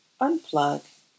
unplug